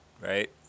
Right